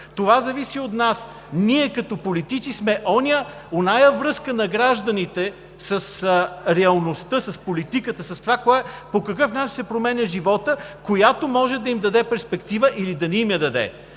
Това зависи от нас. Ние като политици сме онази връзка на гражданите с реалността, с политиката, с това по какъв начин се променя животът, която може да им даде перспектива или да не им я даде.